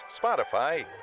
Spotify